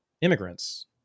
Immigrants